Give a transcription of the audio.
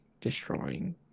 destroying